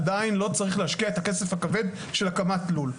עדיין לא צריך להשקיע את הכסף הכבד של הקמת לול.